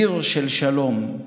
עיר של שלום,